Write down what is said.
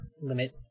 limit